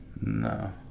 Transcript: No